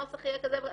הנוסח יהיה כזה וכזה.